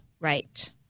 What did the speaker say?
Right